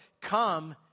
Come